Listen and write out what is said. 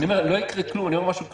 אני אומר משהו כללי,